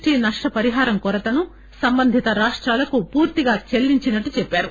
T నష్టపరిహారం కొరతను సంబంధిత రాష్టాలకు పూర్తిగా చెల్లించినట్లు చెప్పారు